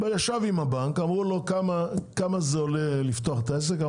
הוא ישב עם הבנק ושאלו אותו כמה עולה לפתוח את העסק.